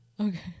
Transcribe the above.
Okay